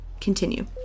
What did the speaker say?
Continue